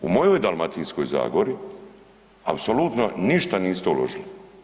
U mojoj Dalmatinskoj zagori, apsolutno ništa niste uložili.